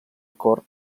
cor